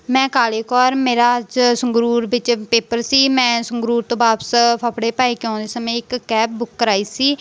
ਮੈਂ ਕਾਲੇ ਕੌਰ ਮੇਰਾ ਅੱਜ ਸੰਗਰੂਰ ਵਿੱਚ ਪੇਪਰ ਸੀ ਮੈਂ ਸੰਗਰੂਰ ਤੋਂ ਵਾਪਸ ਫਫੜੇ ਭਾਈ ਕੇ ਆਉਂਦੇ ਸਮੇਂ ਇੱਕ ਕੈਬ ਬੁੱਕ ਕਰਵਾਈ ਸੀ